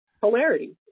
polarity